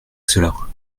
cela